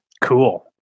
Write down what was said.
Cool